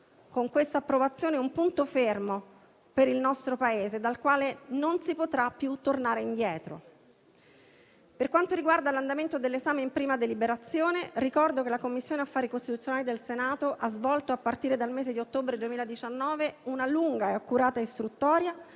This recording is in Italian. del tempo, e pongano un punto fermo per il nostro Paese, dal quale non si potrà più tornare indietro. Per quanto riguarda l'andamento dell'esame in prima deliberazione, ricordo che la Commissione affari costituzionali del Senato ha svolto, a partire dal mese di ottobre 2019, una lunga e accurata istruttoria,